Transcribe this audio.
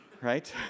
right